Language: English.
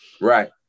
right